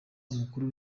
umukuru